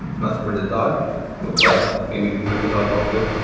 not for the dog well, maybe for the dog also,